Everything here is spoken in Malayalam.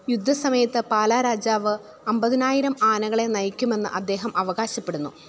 യുദ്ധസമയത്ത് പാലാ രാജാവ് അമ്പതിനായിരം ആനകളെ നയിക്കുമെന്ന് അദ്ദേഹം അവകാശപ്പെടുന്നു